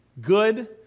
good